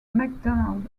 mcdonald